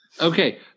Okay